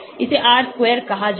इसे R square कहा जाता है